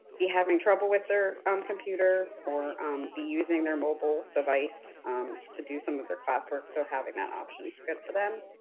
be having trouble with their um computer or be using their mobile device to do some of their classwork, so having that option is good for them.